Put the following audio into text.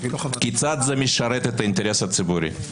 כיצד זה משרת את האינטרס הציבורי?